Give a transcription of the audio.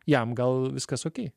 jam gal viskas okei